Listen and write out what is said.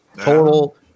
Total